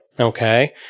Okay